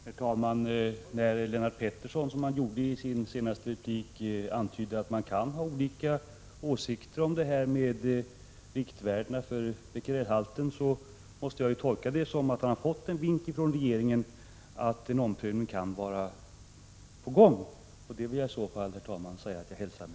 Herr talman! När Lennart Pettersson, som han gjorde i sin senaste replik, antydde att man kan ha olika åsikter om riktvärden för Bequerelhalten, måste jag tolka det som att han har fått en vink från regeringen att en omprövning kan vara på gång. Det hälsar jag, herr talman, med tillfredsställelse.